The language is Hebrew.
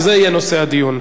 וזה יהיה נושא הדיון.